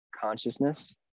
consciousness